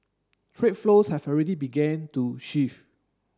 trade flows have already began to shift